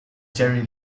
gerry